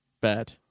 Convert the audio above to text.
bad